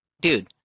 Dude